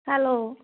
hello